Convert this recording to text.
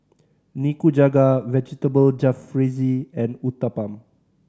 Nikujaga Vegetable Jalfrezi and Uthapam